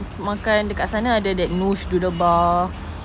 makan dekat sana ada that Noosh Noodle Bar